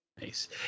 Nice